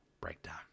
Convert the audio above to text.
Breakdown